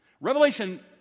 Revelation